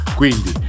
quindi